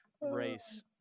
race